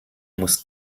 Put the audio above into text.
muss